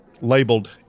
labeled